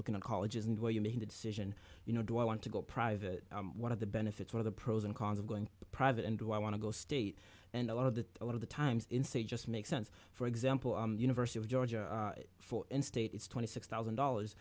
looking at colleges and where you're making the decision you know do i want to go private one of the benefits or the pros and cons of going private and do i want to go state and a lot of the a lot of the times in say just makes sense for example university of georgia for in state it's twenty six thousand dollars